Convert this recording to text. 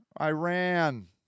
Iran